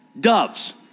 doves